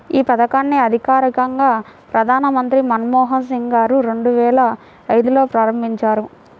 యీ పథకాన్ని అధికారికంగా ప్రధానమంత్రి మన్మోహన్ సింగ్ గారు రెండువేల ఐదులో ప్రారంభించారు